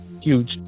Huge